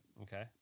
Okay